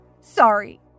sorry